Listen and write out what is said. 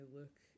look